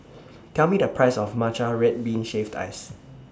Tell Me The Price of Matcha Red Bean Shaved Ice